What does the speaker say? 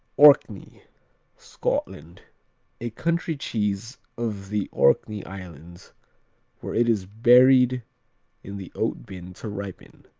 orkney scotland a country cheese of the orkney islands where it is buried in the oat bin to ripen,